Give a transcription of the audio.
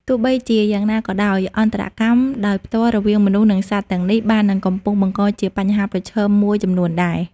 ទោះបីជាយ៉ាងណាក៏ដោយ អន្តរកម្មដោយផ្ទាល់រវាងមនុស្ស និងសត្វទាំងនេះ បាននិងកំពុងបង្កជាបញ្ហាប្រឈមមួយចំនួនដែរ។